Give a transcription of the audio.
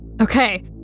Okay